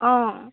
অঁ